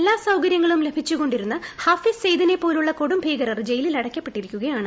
എല്ലാസൌകര്യങ്ങളും ലഭിച്ചുകൊിരുന്ന ഹാഫിസ് സെയ്ദിനെ പോലുളള കൊടും ഭീകരർ ജയിലിൽ അടയ്ക്കപ്പെട്ടിരിക്കുകയാണ്